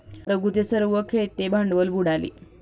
रघूचे सर्व खेळते भांडवल बुडाले